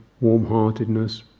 warm-heartedness